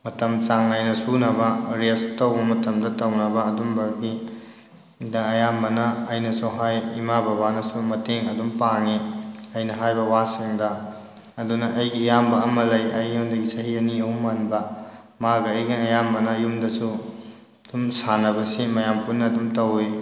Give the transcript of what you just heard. ꯃꯇꯝ ꯆꯥꯡ ꯅꯥꯏꯅ ꯁꯨꯅꯕ ꯔꯦꯁ ꯇꯧꯕ ꯃꯇꯝꯗ ꯇꯧꯅꯕ ꯑꯗꯨꯝꯕꯒꯤ ꯗ ꯑꯌꯥꯝꯕꯅ ꯑꯩꯅꯁꯨ ꯍꯥꯏ ꯏꯃꯥ ꯕꯕꯥꯅꯁꯨ ꯃꯇꯦꯡ ꯑꯗꯨꯝ ꯄꯥꯡꯉꯤ ꯑꯩꯅ ꯍꯥꯏ ꯕꯕꯥꯁꯤꯡꯗ ꯑꯗꯨꯅ ꯑꯩꯒꯤ ꯏꯌꯥꯝꯕ ꯑꯃ ꯂꯩ ꯑꯩꯉꯣꯟꯗꯒꯤ ꯆꯍꯤ ꯑꯅꯤ ꯑꯍꯨꯝ ꯍꯟꯕ ꯃꯥꯒ ꯑꯩꯒ ꯑꯌꯥꯝꯕꯅ ꯌꯨꯝꯗꯁꯨ ꯁꯨꯝ ꯁꯥꯟꯅꯕꯁꯤ ꯃꯌꯥꯝ ꯄꯨꯟꯅ ꯑꯗꯨꯝ ꯇꯧꯋꯤ